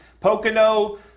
Pocono